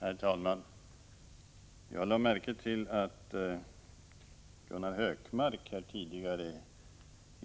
Herr talman! Jag lade märke till att Gunnar Hökmark tidigare i